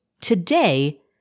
today